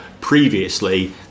previously